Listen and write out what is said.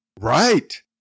Right